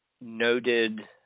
noted